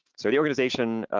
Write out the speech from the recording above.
so the organization,